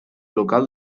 local